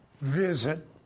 visit